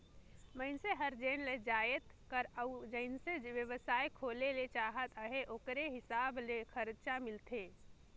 मइनसे हर जेन जाएत कर अउ जइसन बेवसाय खोले ले चाहत अहे ओकरे हिसाब ले खरचा मिलथे